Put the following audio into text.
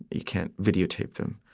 you can't videotape them.